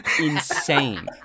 insane